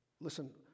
listen